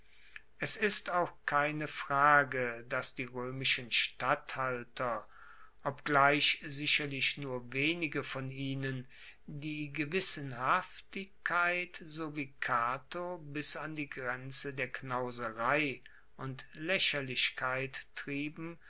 es ist auch keine frage dass die roemischen statthalter obgleich sicherlich nur wenige von ihnen die gewissenhaftigkeit so wie cato bis an die grenze der knauserei und laecherlichkeit trieben